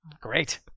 Great